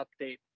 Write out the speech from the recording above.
update